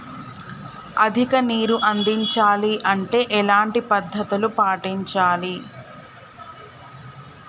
అధిక నీరు అందించాలి అంటే ఎలాంటి పద్ధతులు పాటించాలి?